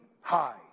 high